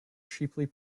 cheaply